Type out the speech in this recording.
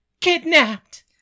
kidnapped